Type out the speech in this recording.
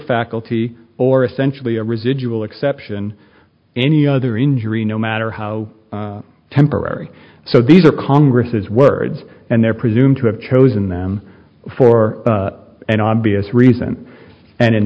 faculty or essentially a residual exception any other injury no matter how temporary so these are congress's words and they're presumed to have chosen them for an obvious reason and in